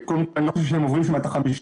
אני לא חושב שהם עוברים שם את ה-50